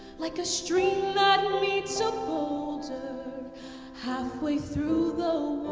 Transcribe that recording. like a stream that meets a boulder halfway through the